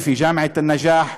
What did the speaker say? בג'נין, באוניברסיטת א-נג'אח,